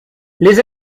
les